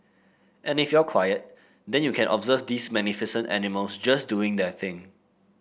and if you're quiet then you can observe these magnificent animals just doing their thing